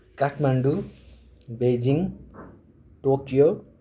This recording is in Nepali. Kathmandu Beijing Tokyo